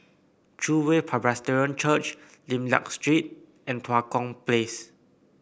True Way Presbyterian Church Lim Liak Street and Tua Kong Place